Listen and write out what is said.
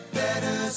better